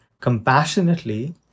compassionately